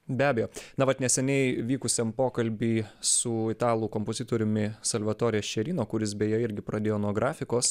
be abejo na vat neseniai vykusiam pokalby su italų kompozitoriumi salvatorė šerino kuris beje irgi pradėjo nuo grafikos